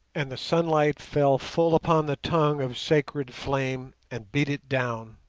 and the sunlight fell full upon the tongue of sacred flame and beat it down,